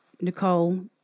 Nicole